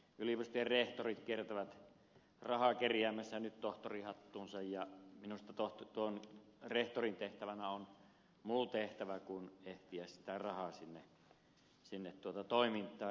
yliopistojen rehtorit kiertävät nyt rahaa kerjäämässä tohtorin hattuunsa ja minusta rehtorin tehtävänä on muu tehtävä kuin ehtiä sitä rahaa sinne toimittaa